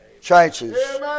chances